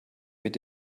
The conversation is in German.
mit